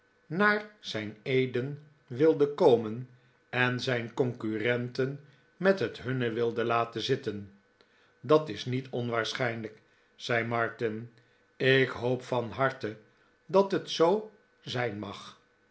naar z ijn eden wilden komen en zijn concurrenten met het hunne wilden laten zitten dat is niet onwaarschijnlijk zei martin ik hoop van harte dat het zoo zijn mag